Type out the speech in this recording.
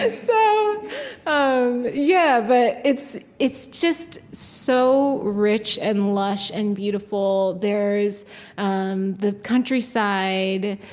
ah so um yeah, but it's it's just so rich and lush and beautiful. there's um the countryside,